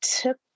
took